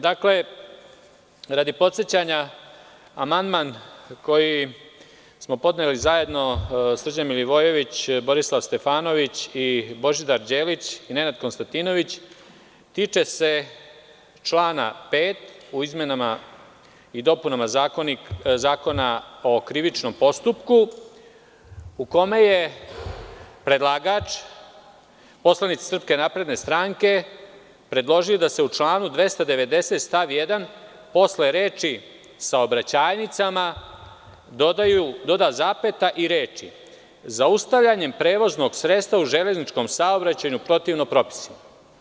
Dakle, radi podsećanja, amandman koji smo podneli zajedno Srđan Milivojević, Borislav Stefanović, Božidar Đelić i Nenad Konstantinović tiče se člana 5. u izmenama i dopunama Zakona o krivičnom postupku, u kome je predlagač, poslanici SNS, predložio da se u članu 290. stav 1. posle reči „sobraćajnicama“, doda zapeta i reči – „zaustavljanjem prevoznog sredstava u železničkom saobraćaju protivno propisima“